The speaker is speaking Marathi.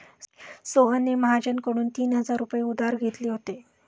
सोहनने महाजनकडून तीन हजार रुपये उधार घेतले होते